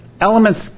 Elements